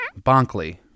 Bonkley